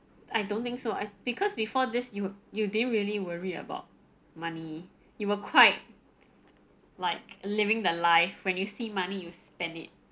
I don't think so I because before this you you didn't really worry about money you were quite like living the life when you see money you spend it